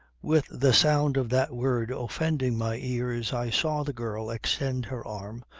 with the sound of that word offending my ears i saw the girl extend her arm,